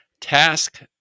task